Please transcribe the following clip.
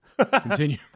Continue